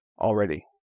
already